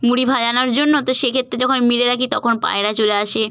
মুড়ি ভাজানোর জন্য তো সেই ক্ষেত্রে যখন মেলে রাখি তখন পায়রা চলে আসে